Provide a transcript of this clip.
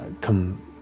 come